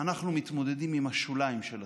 אנחנו מתמודדים עם השוליים של התופעה.